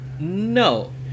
No